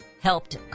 helped